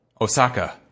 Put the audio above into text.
Osaka